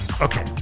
Okay